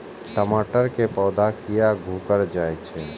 टमाटर के पौधा किया घुकर जायछे?